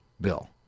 Bill